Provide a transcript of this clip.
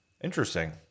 interesting